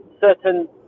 Certain